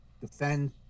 defend